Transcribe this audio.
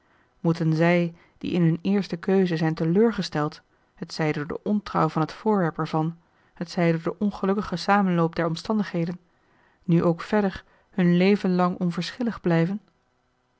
moeten zij die in hun eerste keuze zijn teleurgesteld t zij door de ontrouw van het voorwerp ervan t zij door den ongelukkigen samenloop der omstandigheden nu ook verder hun leven lang onverschillig blijven